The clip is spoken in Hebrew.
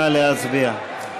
נא להצביע.